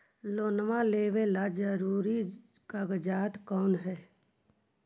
Loan लेब ला जरूरी कागजात कोन है?